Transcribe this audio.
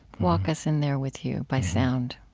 walk us in there with you by sound